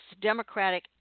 Democratic